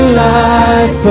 life